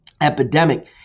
epidemic